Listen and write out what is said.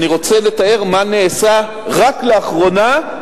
אני רוצה לתאר מה נעשה רק לאחרונה,